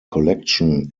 collection